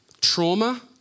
Trauma